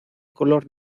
color